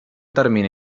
termini